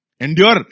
Endure